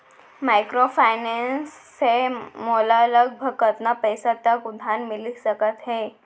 Microfinance से मोला लगभग कतना पइसा तक उधार मिलिस सकत हे?